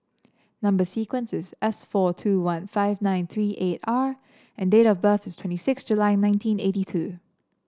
number sequence is S four two one five nine three eight R and date of birth is twenty six July nineteen eighty two